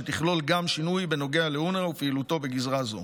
שתכלול גם שינוי בנוגע לאונר"א ופעילותו בגזרה זו.